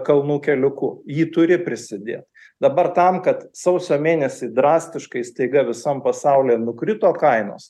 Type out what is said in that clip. kalnų keliuku jį turi prisidėt dabar tam kad sausio mėnesį drastiškai staiga visam pasaulyje nukrito kainos